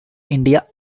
india